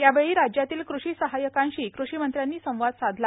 यावेळी राज्यातील कृषी सहाय्यकांशी कृषीमंत्र्यांनी संवाद साधला